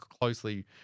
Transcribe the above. closely